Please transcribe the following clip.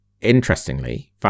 Interestingly